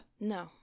No